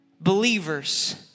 Believers